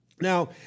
Now